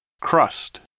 Crust